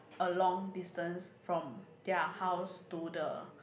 a long distance from their house to the